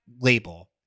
label